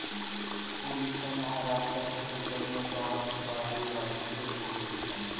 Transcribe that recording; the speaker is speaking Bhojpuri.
उड़ीसा, महाराष्ट्र, छतीसगढ़ में बांस बारी बारी से होत रहेला